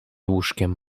łóżkiem